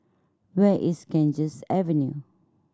where is Ganges Avenue